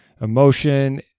emotion